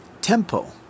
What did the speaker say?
tempo